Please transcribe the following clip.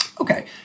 Okay